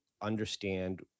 understand